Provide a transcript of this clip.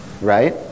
right